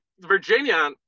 Virginia